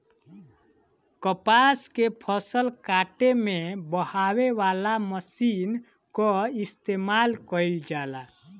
कपास के फसल काटे में बहावे वाला मशीन कअ इस्तेमाल कइल जाला